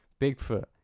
Bigfoot